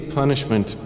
punishment